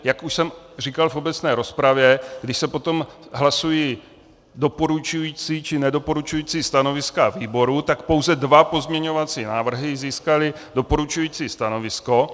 Jak už jsem říkal v obecné rozpravě, když se potom hlasují doporučující či nedoporučující stanoviska výboru, tak pouze dva pozměňovací návrhy získaly doporučující stanovisko.